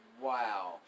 Wow